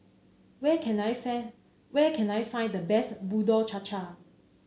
where can I fan where can I find the best Bubur Cha Cha